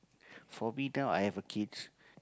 for me now I have a kids